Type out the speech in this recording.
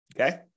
Okay